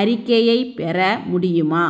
அறிக்கையைப் பெற முடியுமா